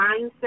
mindset